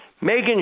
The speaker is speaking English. Megan